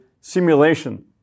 simulation